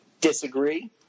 disagree